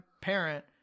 parent